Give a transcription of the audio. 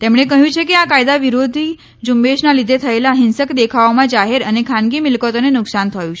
તેમણે કહ્યું છે કે આ કાયદા વિરોધી ઝુંબેશના લીધે થયેલા હિંસક દેખાવોમાં જાહેર અને ખાનગી મિલ્કતોને નુકસાન થયું છે